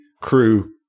crew